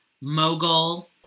Mogul